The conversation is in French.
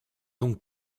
donc